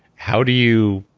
how do you